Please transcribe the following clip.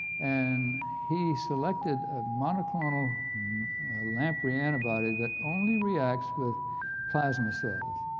and he selected ah monoclonal lamprey antibody that only reacts with plasma cells.